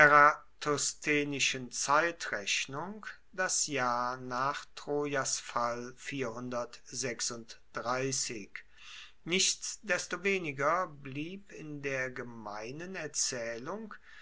zeitrechnung das jahr nach troias fall nichtsdestoweniger blieb in der gemeinen erzaehlung